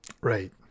Right